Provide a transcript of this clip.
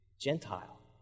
Gentile